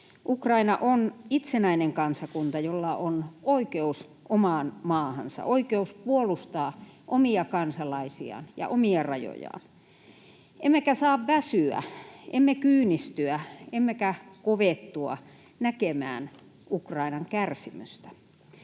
Ukraina on itsenäinen kansakunta, jolla on oikeus omaan maahansa, oikeus puolustaa omia kansalaisiaan ja omia rajojaan. Emmekä saa väsyä, emme kyynistyä emmekä kovettua näkemään Ukrainan kärsimystä.